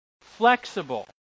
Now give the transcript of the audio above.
flexible